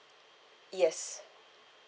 yes